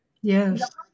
Yes